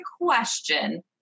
question